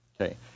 Okay